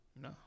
No